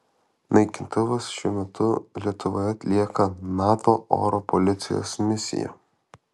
naikintuvas šiuo metu lietuvoje atlieka nato oro policijos misiją